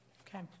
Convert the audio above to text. Okay